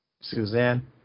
Suzanne